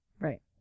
right